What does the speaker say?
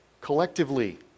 Collectively